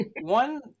One